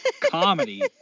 comedy